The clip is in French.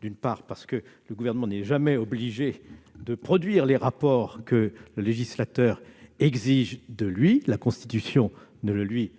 d'une part, parce que le Gouvernement n'est jamais obligé de produire les rapports que le législateur exige de lui- la Constitution ne le lui impose